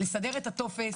לסדר את הטופס,